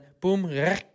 boom